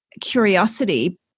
curiosity